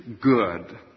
good